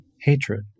hatred